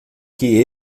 que